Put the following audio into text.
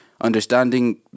understanding